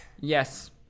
Yes